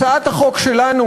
הצעת החוק שלנו,